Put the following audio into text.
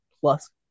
plus